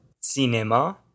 Cinema